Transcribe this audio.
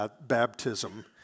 baptism